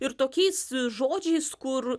ir tokiais žodžiais kur